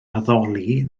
addoli